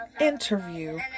interview